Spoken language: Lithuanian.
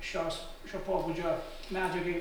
šios šio pobūdžio medžiagai